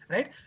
Right